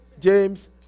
James